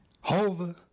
Hova